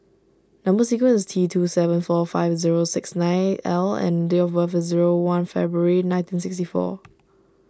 Number Sequence is T two seven four five zero six nine L and date of birth is zero one February nineteen sixty four